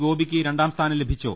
ഗോപിയ്ക്ക് രണ്ടാം സ്ഥാനം ലഭിച്ചു